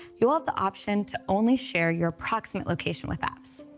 you will have the option to only share your approximate location with apps.